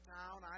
town